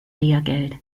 lehrgeld